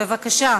בבקשה.